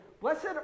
blessed